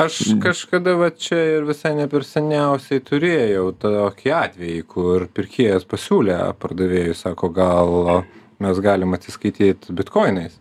aš kažkada va čia ir visai ne per seniausiai turėjau tokį atvejį kur pirkėjas pasiūlė pardavėjui sako gal mes galim atsiskaityt bitkoinais